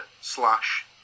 slash